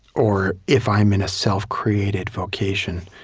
or, if i'm in a self-created vocation,